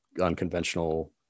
unconventional